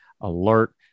alert